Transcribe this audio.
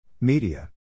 Media